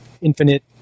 infinite